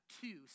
two